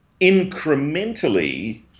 incrementally